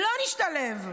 לא נשתלב.